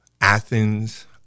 Athens